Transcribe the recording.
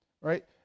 right